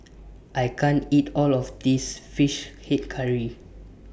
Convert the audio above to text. I can't eat All of This Fish Head Curry